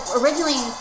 originally